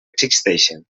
existeixen